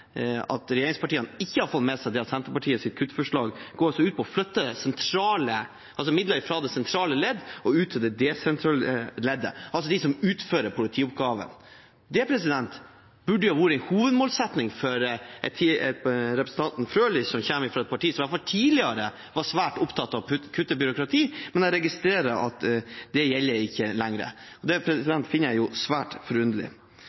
at regjeringspartiene ikke har fått med seg at Senterpartiets kuttforslag går ut på å flytte midler fra det sentrale ledd og ut til det desentraliserte leddet, altså de som utfører politioppgaven. Det burde vært en hovedmålsetning for representanten Frølich, som kommer fra et parti som i hvert fall tidligere var svært opptatt av å kutte byråkrati, men jeg registrerer at det ikke gjelder lenger. Det finner jeg svært forunderlig. Senterpartiets linje i dette spørsmålet har vært klar lenge, og dette alternative budsjettforslaget følger altså opp det.